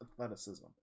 athleticism